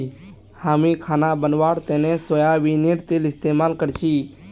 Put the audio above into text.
हामी खाना बनव्वार तने सोयाबीनेर तेल इस्तेमाल करछी